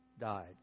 died